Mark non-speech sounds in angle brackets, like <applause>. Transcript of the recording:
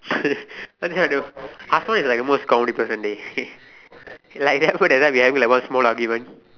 <laughs> I have no idea Hazwan is like the most comedic person dey <laughs> like that remember that time we have one small argument